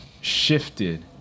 shifted